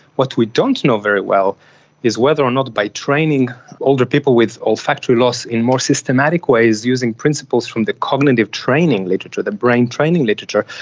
what we don't know very well is whether or not by training older people with olfactory loss in more systematic ways using principles from the cognitive training literature, the brain training literature,